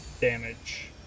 damage